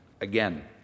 Again